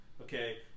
okay